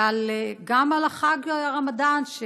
וגם על חג הרמדאן,